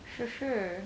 sure sure